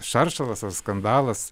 šaršalas ar skandalas